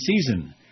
season